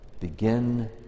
Begin